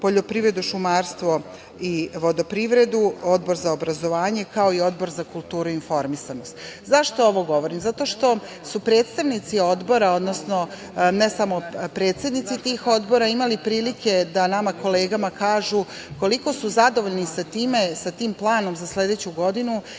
poljoprivredu, šumarstvo i vodoprivredu, Odbor za obrazovanje, kao i Odbor za kulturu i informisanje.Zašto ovo govorim? Zato što su predstavnici odbora, odnosno ne samo predsednici tih odbora, imali prilike da, nama kolegama, kažu koliko su zadovoljni sa time, sa tim planom za sledeću godinu,